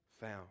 found